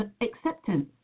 acceptance